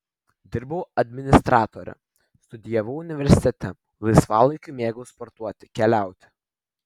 dirbau administratore studijavau universitete laisvalaikiu mėgau sportuoti keliauti